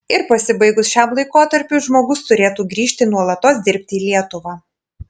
ir pasibaigus šiam laikotarpiui žmogus turėtų grįžti nuolatos dirbti į lietuvą